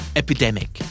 epidemic